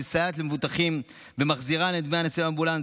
שמסייעת למבוטחים ומחזירה להם את דמי הנסיעה באמבולנס,